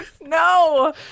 No